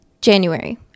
January